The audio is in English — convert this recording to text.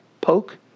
Poke